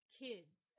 kids